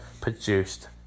produced